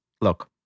Look